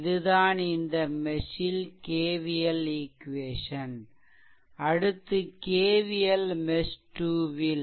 இது தான் இந்த மெஷ் ல் KVL ஈக்வேஷன் அடுத்து KVL மெஷ்2 ல்